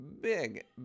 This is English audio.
big